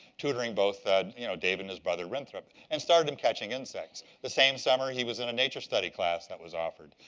tutoring both you know dave and his brother winthrop and started um catching insects. the same summer he was in a nature study class that was offered.